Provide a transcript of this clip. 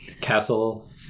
castle